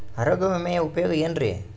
ಆರೋಗ್ಯ ವಿಮೆಯ ಉಪಯೋಗ ಏನ್ರೀ?